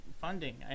funding